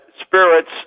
spirits